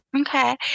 Okay